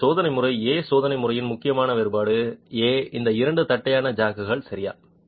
எனவே சோதனை முறை a சோதனை முறையின் முக்கியமான வேறுபாடு a இந்த இரண்டு தட்டையான ஜாக்குகள் சரியா